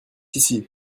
ici